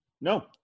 No